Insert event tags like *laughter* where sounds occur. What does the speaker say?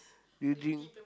you drink *noise*